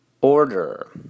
Order